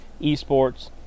esports